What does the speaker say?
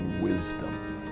wisdom